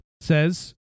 says